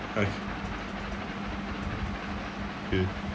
nice okay